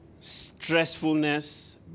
Stressfulness